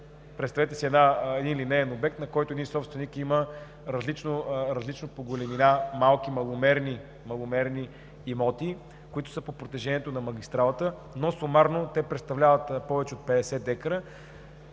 представете си собственик на линеен обект, на който има различни по големина маломерни имоти, които са по протежението на магистралата, но сумарно представляват повече от 50 декара,